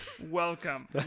Welcome